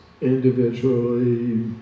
individually